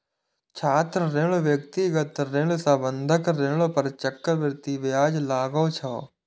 छात्र ऋण, व्यक्तिगत ऋण आ बंधक ऋण पर चक्रवृद्धि ब्याज लागै छै